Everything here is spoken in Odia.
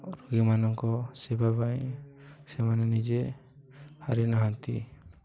ରୋଗୀମାନଙ୍କ ସେବା ପାଇଁ ସେମାନେ ନିଜେ ହାରିନାହାନ୍ତି